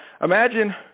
imagine